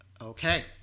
Okay